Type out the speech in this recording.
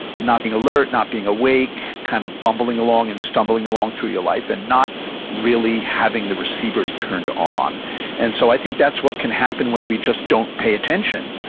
not being alert, not being awake, kind of bumbling along and stumbling along through your life and not really having the receivers turned on and so i think that's what can happen when we just don't pay attention.